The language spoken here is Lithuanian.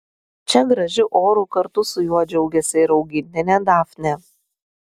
čia gražiu oru kartu su juo džiaugiasi ir augintinė dafnė